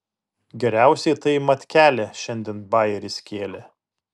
geriausiai tai matkelė šiandien bajerį skėlė